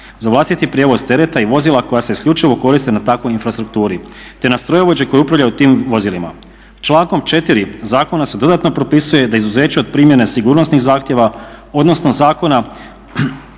za vlastiti prijevoz tereta i vozila koja se isključivo koriste na takvoj infrastrukturi, te na strojovođe koje upravljaju tim vozilima. Člankom 4.zakona se dodatno propisuje da izuzeće od primjene sigurnosnih zahtjeva odnosno zakona